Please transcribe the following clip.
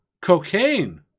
Cocaine